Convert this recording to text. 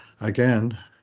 again